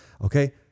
Okay